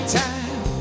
time